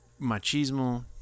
machismo